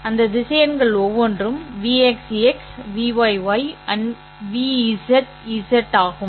அந்த திசையன்கள் ஒவ்வொன்றும் Vx x̂ Vy ŷ Vz ஆகும்